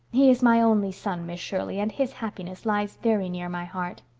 he is my only son, miss shirley, and his happiness lies very near my heart.